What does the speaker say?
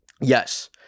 yes